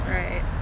right